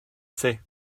sais